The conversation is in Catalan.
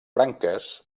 branques